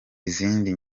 izindi